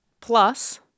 Plus